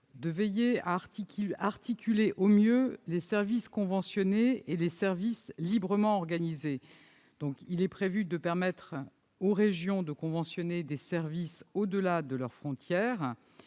Il s'agit d'articuler au mieux les services conventionnés et les services librement organisés. Il est prévu de permettre aux régions de conventionner des services au-delà de leurs frontières,